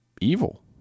evil